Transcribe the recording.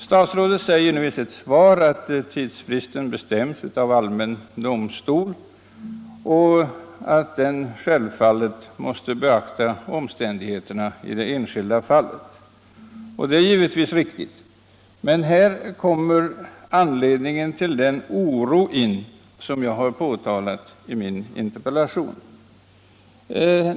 Statsrådet säger i svaret att tidsfristen bestäms av allmän domstol och att denna självfallet måste beakta omständigheterna i det enskilda fallet. Det är givetvis riktigt. Men det är också detta som givit anledning till den oro som jag har påtalat i min interpellation.